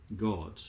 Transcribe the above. God